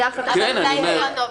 זו החלטה של הוועדה.